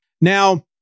Now